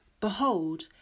Behold